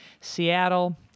Seattle